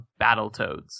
Battletoads